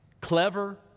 clever